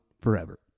Forever